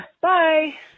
Bye